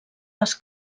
les